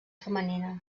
femenina